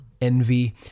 envy